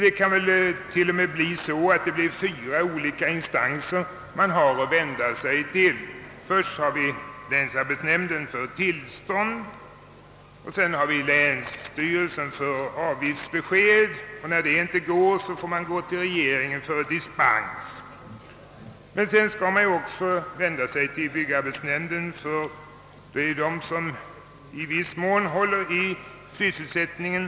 Det kan t.o.m. bli fyra olika instanser att vända sig till: först länsarbetsnämnden för tillstånd, sedan länsstyrelsen för avgiftsbesked, och om man inte är nöjd med det beskedet får man gå till regeringen och begära dispens, och slutligen skall man ju också vända sig till byggarbetsnämnden, som i viss mån handhar frågor om sysselsättningen.